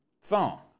song